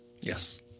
Yes